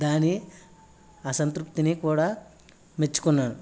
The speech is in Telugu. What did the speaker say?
దాని అసంతృప్తిని కూడా మెచ్చుకున్నాను